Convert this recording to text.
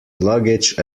luggage